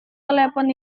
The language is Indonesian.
telepon